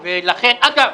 אגב,